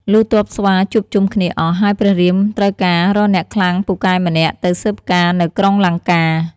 លុះទ័ពស្វាជួបជុំគ្នាអស់ ហើយព្រះរាមត្រូវការរកអ្នកខ្លាំងពូកែម្នាក់ ទៅស៊ើបការណ៍នៅក្រុងលង្កា។